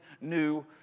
new